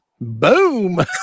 Boom